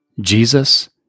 Jesus